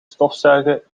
stofzuigen